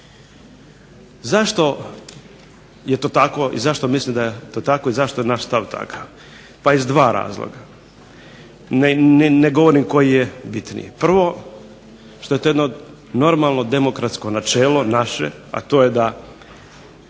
da je to tako i zašto je naš stav takav? Pa iz dva razloga. Ne govorim koji je bitniji. Prvo, što je to jedno normalno demokratsko načelo naše, a to je da